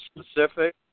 specific